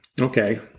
Okay